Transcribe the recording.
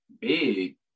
big